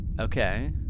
Okay